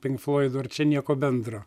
pink floidų ar čia nieko bendro